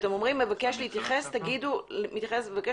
כשאתם אומרים 'מבקש להתייחס' תגידו למה,